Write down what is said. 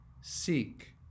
Seek